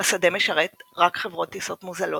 השדה משרת רק חברת טיסות מוזלות,